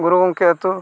ᱜᱩᱨᱩ ᱜᱚᱢᱠᱮ ᱟᱛᱳ